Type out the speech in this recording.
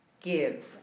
give